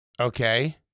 Okay